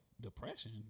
depression